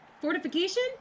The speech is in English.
Fortification